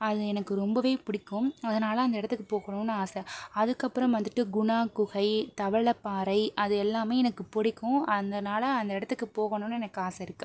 அது எனக்கு ரொம்பவே பிடிக்கும் அதனால் அந்த இடத்துக்கு போகணும்னு ஆசை அதுக்கு அப்புறம் வந்துட்டு குணா குகை தவளைப்பாறை அது எல்லாமே எனக்கு பிடிக்கும் அதனால் அந்த இடத்துக்கு போகணும்னு எனக்கு ஆசை இருக்கு